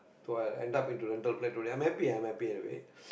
so I end up into a rental flat I'm happy I'm happy anyway